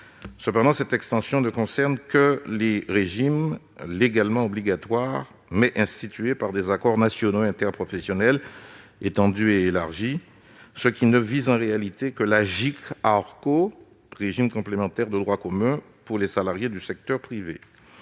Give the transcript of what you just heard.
employeurs. Cette extension ne concerne que les régimes légalement obligatoires, mais institués par des accords nationaux interprofessionnels étendus et élargis. Elle ne vise donc en réalité que l'Agirc-Arrco, régime complémentaire de droit commun pour les salariés du secteur privé.